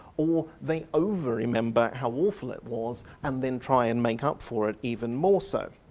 or they over-remember how awful it was and then try and make up for it even more so.